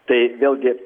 tai vėlgi